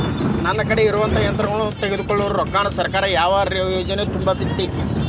ನನ್ ಕಡೆ ಇರುವಂಥಾ ಯಂತ್ರಗಳ ತೊಗೊಳು ರೊಕ್ಕಾನ್ ಸರ್ಕಾರದ ಯಾವ ಯೋಜನೆ ತುಂಬತೈತಿ?